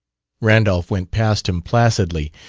randolph went past him placidly.